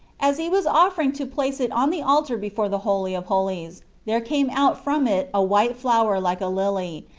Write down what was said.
as he was offering to place it on the altar before the holy of holies, there came out from it a white flower like a lily,